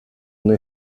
una